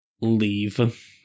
leave